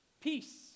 peace